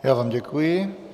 Já vám děkuji.